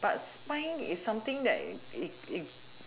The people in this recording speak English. but spine is something that it it it